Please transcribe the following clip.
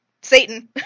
Satan